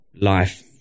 life